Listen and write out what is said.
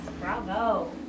Bravo